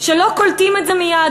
שלא קולטים את זה מייד,